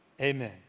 Amen